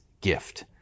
gift